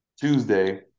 Tuesday